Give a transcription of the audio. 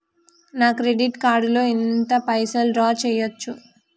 నా credit card లో ఎంత పైసల్ డ్రా చేయచ్చు?